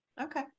Okay